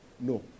No